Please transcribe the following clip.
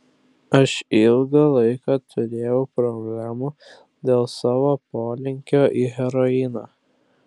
aš ilgą laiką turėjau problemų dėl savo polinkio į heroiną